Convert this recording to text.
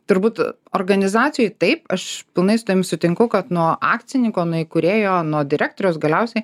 turbūt organizacijoj taip aš pilnai su tam sutinku kad nuo akcininko nuo įkūrėjo nuo direktoriaus galiausiai